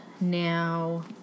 now